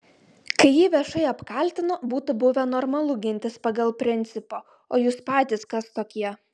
kai jį viešai apkaltino būtų buvę normalu gintis pagal principą o jūs patys kas tokie